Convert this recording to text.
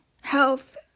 health